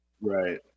Right